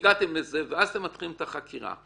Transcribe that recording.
הגעתם לזה ואז אתם מתחילים את החקירה,